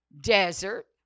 Desert